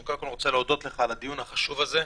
קודם כל אני רוצה להודות לך על הדיון החשוב הזה.